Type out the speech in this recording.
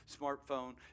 smartphone